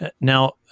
Now